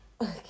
Okay